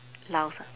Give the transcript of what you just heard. laos